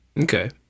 Okay